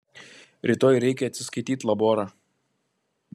rytoj reikia atsiskaityt laborą